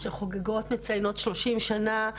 שחוגגות מצוינות 30 שנה,